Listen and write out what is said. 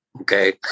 okay